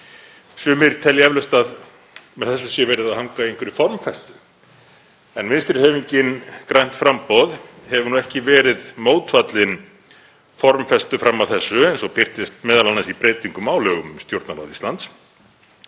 Sumir telja eflaust að með þessu sé verið að hanga í einhverri formfestu en Vinstrihreyfingin – grænt framboð hefur nú ekki verið mótfallin formfestu fram að þessu eins og birtist m.a. í breytingum á lögum um Stjórnarráð Íslands